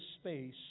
space